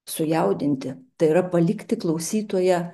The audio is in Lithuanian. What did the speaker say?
sujaudinti tai yra palikti klausytoją